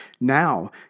Now